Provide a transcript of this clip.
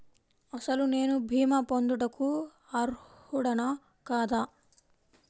అసలు నేను భీమా పొందుటకు అర్హుడన కాదా?